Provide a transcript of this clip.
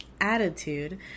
attitude